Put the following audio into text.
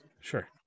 Sure